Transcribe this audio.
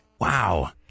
Wow